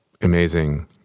amazing